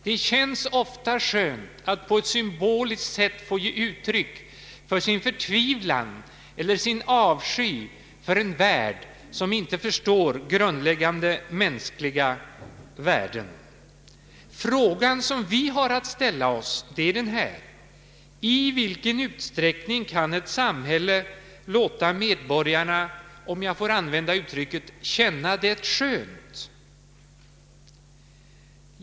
Det känns ofta skönt att på ett symboliskt sätt få ge uttryck för sin förtvivlan eller sin avsky för en värld som inte förstår grundläggande mänskliga värden. Den fråga som vi har att ställa oss är: I vilken utsträckning kan ett samhälle låta medborgarna — om jag får använda uttrycket ”känna det skönt”?